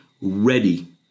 ready